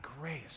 grace